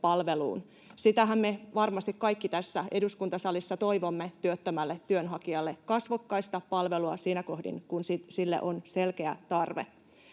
palveluun. Sitähän me varmasti kaikki tässä eduskuntasalissa toivomme työttömälle työnhakijalle, kasvokkaista palvelua siinä kohdin, kun sille on selkeä tarve.